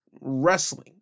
wrestling